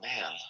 man